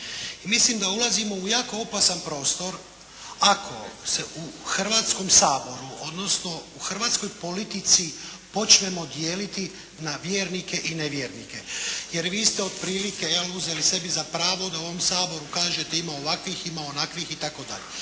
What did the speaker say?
mislim da ulazimo u jako opasan prostor. Ako se u Hrvatskom saboru, odnosno u hrvatskoj politici počnemo dijeliti na vjernike i nevjernike, jer vi ste otprilike jel', uzeli sebi za pravo da u ovom Saboru kažete ima ovakvih, ima onakvih itd.